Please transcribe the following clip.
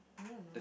I don't know